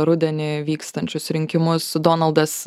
rudenį vykstančius rinkimus donaldas